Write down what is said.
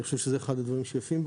ואני חושב שזה אחד הדברים שיפים בו